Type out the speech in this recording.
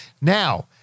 Now